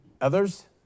Others